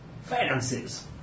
Finances